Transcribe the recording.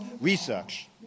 research